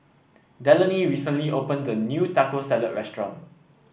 Delaney recently opened a new Taco Salad restaurant